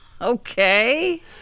Okay